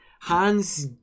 hans